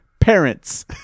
Parents